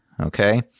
okay